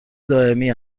دائمی